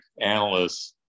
analysts